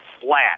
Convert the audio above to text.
flat